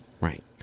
Right